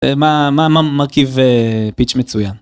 אמא אמא אמא מרכב פיץ' מצוין.